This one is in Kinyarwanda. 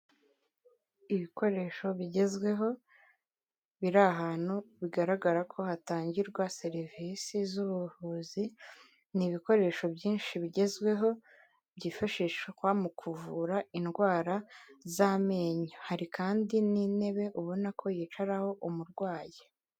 Ibikoresho bigezweho biri ahantu bigaragara ko hatangirwa serivisi z'ubuvuzi, ni ibikoresho byinshi bigezweho byifashishwa mu kuvura indwara z'amenyo, hari kandi n'intebe ubona ko yicaraho umurwayi.